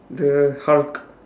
the